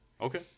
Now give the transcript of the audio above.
Okay